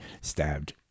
stabbed